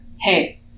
hey